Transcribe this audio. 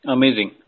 Amazing